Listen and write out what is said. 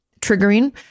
triggering